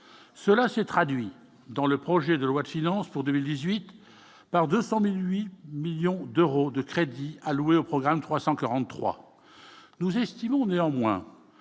cela s'est traduit dans le projet de loi de finances pour 2018 par 200 1000 8 millions d'euros de crédits alloués au programme 343 nous estimons néanmoins